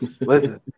Listen